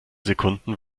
sekunden